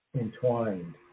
entwined